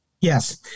Yes